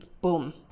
boom